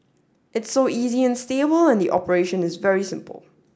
it's so easy and stable and the operation is very simple